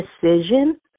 decision